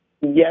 yes